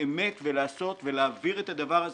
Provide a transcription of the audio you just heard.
באמת ולעשות, ולהעביר את הדבר הזה.